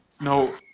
No